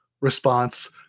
response